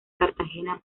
cartagena